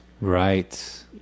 right